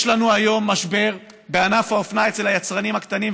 יש לנו היום משבר בענף האופנה אצל היצרנים הקטנים,